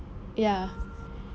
ya